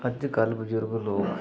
ਅੱਜ ਕੱਲ੍ਹ ਬਜ਼ੁਰਗ ਲੋਕ